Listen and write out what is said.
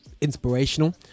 inspirational